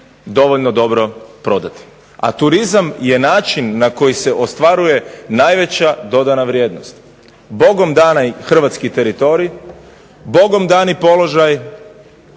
dovoljno dobro prodati, a turizam je način na koji se ostvaruje najveća dodana vrijednost. Bogom dana i hrvatski teritorij, Bogom dani položaj,